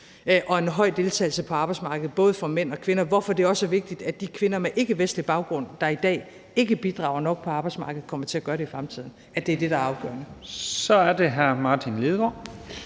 og en høj deltagelse på arbejdsmarkedet, både for mænd og kvinder – hvorfor det også er vigtigt, at de kvinder med ikkevestlig baggrund, der i dag ikke bidrager nok på arbejdsmarkedet, kommer til at gøre det i fremtiden – er det, der er afgørende. Kl. 00:47 Første